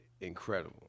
incredible